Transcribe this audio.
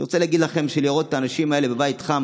אני רוצה להגיד לכם שלראות את האנשים האלה בבית חם